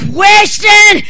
question